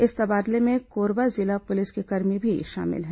इस तबादले में कोरबा जिला पुलिस के कर्मी भी शामिल है